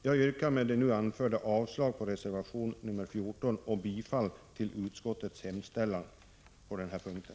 Jag yrkar med det nu anförda avslag på reservation 14 och bifall till utskottets hemställan på den här punkten.